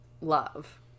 love